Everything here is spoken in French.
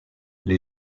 les